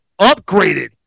upgraded